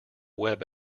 web